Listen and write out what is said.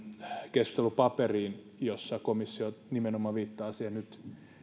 keskustelupaperiin jossa komissio nimenomaan viittaa siihen että nyt